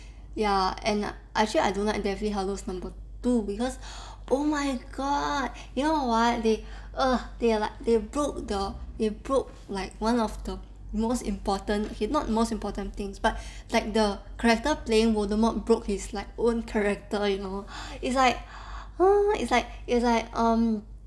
ya and I feel I don't like deathly hallows number two because oh my god you know what they ugh they are like they broke the broke like one of the most important okay not most important things but like the character playing voldemort broke his own character you know it's like oh it's like it's like um